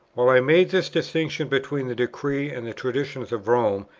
while i made this distinction between the decrees and the traditions of rome,